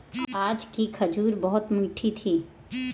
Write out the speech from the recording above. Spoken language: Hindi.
आज की खजूर बहुत मीठी थी